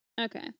Okay